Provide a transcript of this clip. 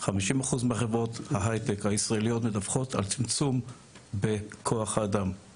50% מחברות ההייטק הישראליות מדווחת על צמצום בכוח האדם,